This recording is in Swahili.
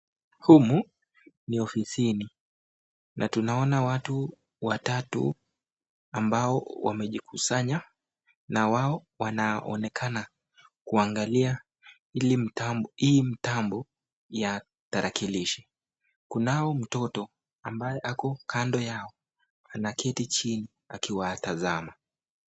Humu ni ofisini na tunaona watu watatu ambao wamejikusanya na wao wanaonekana kuangalia ili mtaambo hii mtaambo ya tarakilishi. Kunao mtoto ambaye ako kando yao. Anaketi chini akiwatazama.